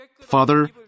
Father